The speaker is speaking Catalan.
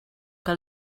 que